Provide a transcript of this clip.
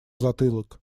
затылок